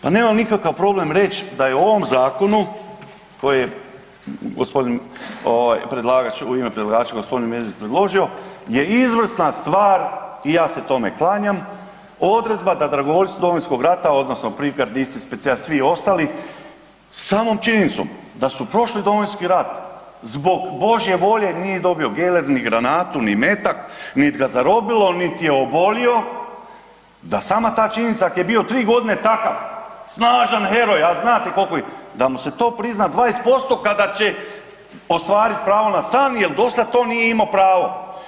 Pa nemam nikakav problem reći da je u ovom zakonu koji je gospodin ovaj predlagač u ime predlagača g. Medved predložio je izvrsna stvar i ja se tome klanjam, odredba da dragovoljstvo Domovinskog rata odnosno brigadisti, specijalci, svi ostali, samo činjenicom da su prošli Domovinski rat zbog Božje volje nije dobio geler ni granatu ni metak, nit ga zarobilo nit je obolio, da sama ta činjenica ako je bio 3 g. takav snažan heroj a znate koliko ih je, da mu se to prizna 20% kada će ostvariti pravo na stan jer dosad to nije imao pravo.